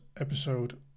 episode